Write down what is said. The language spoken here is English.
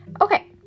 Okay